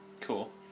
Cool